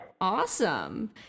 Awesome